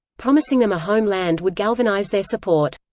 promising them a home land would galvanize their support.